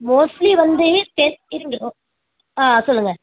mostly வந்து டே இருங்க ஓ ஆ சொல்லுங்கள்